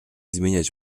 zmieniać